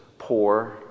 poor